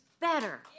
better